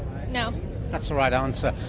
you know that's the right answer.